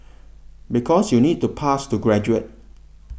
because you need to pass to graduate